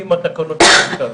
גם אם התקנות לא בתוקף.